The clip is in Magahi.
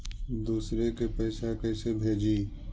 दुसरे के पैसा कैसे भेजी?